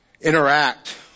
interact